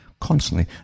constantly